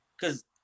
Cause